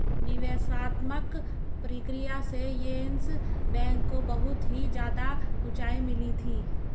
निवेशात्मक प्रक्रिया से येस बैंक को बहुत ही ज्यादा उंचाई मिली थी